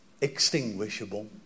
extinguishable